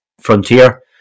frontier